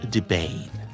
Debate